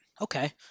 Okay